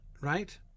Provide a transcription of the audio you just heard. right